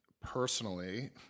personally